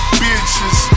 bitches